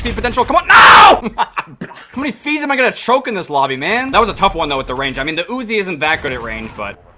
potential come on now how many fees am i gonna choke in this lobby man? that was a tough one though with the range i mean the uzi, isn't that good at range but